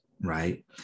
right